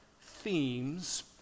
themes